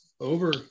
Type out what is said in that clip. over